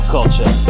Culture